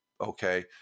Okay